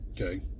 Okay